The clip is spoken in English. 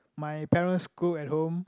my parents cook at home